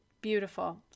Beautiful